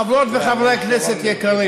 חברות וחברי כנסת יקרים,